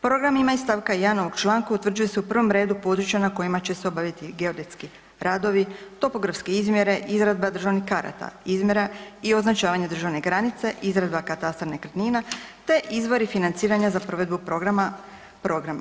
Programima iz st. 1. ovog članka utvrđuje se u prvom redu područje na kojima će se obavljati geodetski radovi, topografske izmjere i izradba državnih karata, izmjera i označavanje državnih granica, izradba katastra nekretnina te izvori financiranja za provedbu programa.